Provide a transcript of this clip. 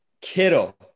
Kittle